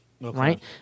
Right